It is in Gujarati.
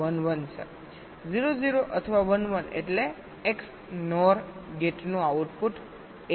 0 0 અથવા 1 1 એટલે XNOR ગેટનું આઉટપુટ 1 હશે